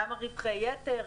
למה רווחי יתר?